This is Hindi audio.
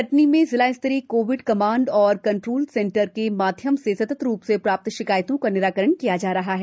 कटनी में जिला स्तरीय COVID command and control centre के माध्यम से सतत् रुप से प्राप्त शिकायतों का निराकरण किया जा रहा है